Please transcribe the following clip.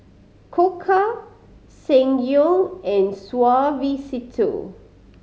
Koka Ssangyong and Suavecito